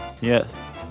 Yes